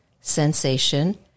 sensation